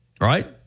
right